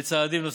וצעדים נוספים.